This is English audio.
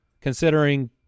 considering